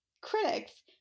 critics